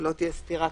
שלא תהיה סתירה,